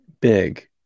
Big